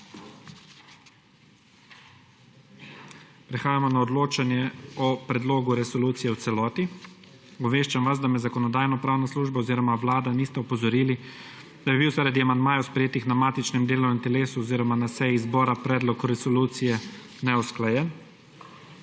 Prehajamo na odločanje o predlogu resolucije v celoti. Obveščam vas, da me Zakonodajno-pravna služba oziroma Vlada nista opozorili, da bi bil zaradi amandmajev, sprejetih na matičnem delovnem telesu oziroma na seji zbora, predlog resolucije neusklajen.